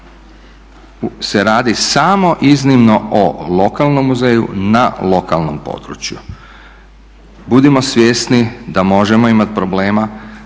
se radi samo iznimno o lokalnom muzeju na lokalnom području. Budimo svjesni da možemo imat problema